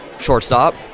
Shortstop